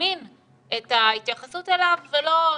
יזמין את ההתייחסות אליו ולא,